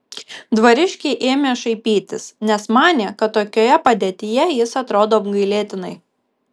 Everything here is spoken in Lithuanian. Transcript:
dvariškiai ėmė šaipytis nes manė kad tokioje padėtyje jis atrodo apgailėtinai